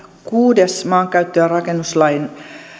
kuudes maankäyttö ja rakennuslain